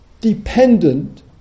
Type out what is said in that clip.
dependent